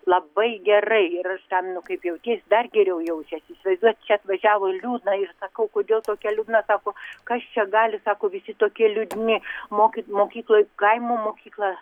labai gerai ir aš ten nu kaip jauties dar geriau jaučiasi įsivaizduojat čia atvažiavo liūdna ir sakau kodėl tokia liūdna sako kas čia gali sako visi tokie liūdni mokyt mokykloj kaimo mokykla